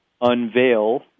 unveil